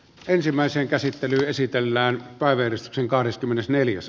asian käsittely keskeytetään